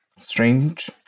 strange